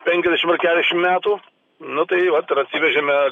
penkiasdešim keliasšim metų nu tai vat ir atsivežėme